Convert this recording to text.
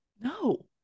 No